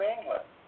England